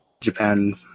Japan